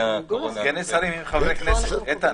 קובעים הסמכה.